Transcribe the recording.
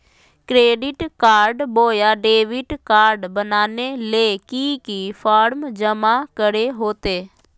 Credit card बोया debit card बनाने ले की की फॉर्म जमा करे होते?